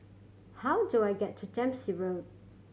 how do I get to Dempsey Road